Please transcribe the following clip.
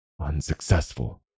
unsuccessful